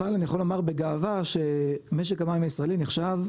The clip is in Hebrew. אבל אני יכול לומר בגאווה שמשק המים הישראלי נחשב,